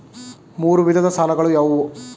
ಮೂರು ವಿಧದ ಸಾಲಗಳು ಯಾವುವು?